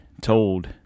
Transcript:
told